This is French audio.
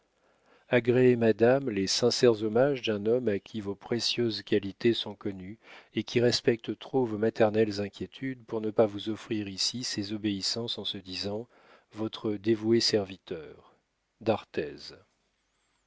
agréez madame les sincères hommages d'un homme à qui vos précieuses qualités sont connues et qui respecte trop vos maternelles inquiétudes pour ne pas vous offrir ici ses obéissances en se disant votre dévoué serviteur d'arthez